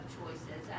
choices